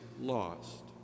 lost